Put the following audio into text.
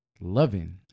loving